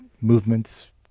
movements